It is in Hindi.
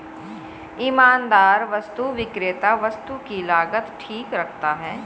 ईमानदार वस्तु विक्रेता वस्तु की लागत ठीक रखता है